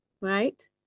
right